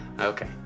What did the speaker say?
Okay